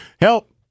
Help